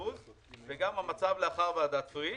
וגם המצב לאחר ועדת פריש.